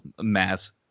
mass